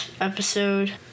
episode